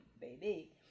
Baby